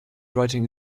writing